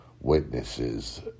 witnesses